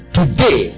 Today